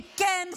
וכן,